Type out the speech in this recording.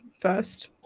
first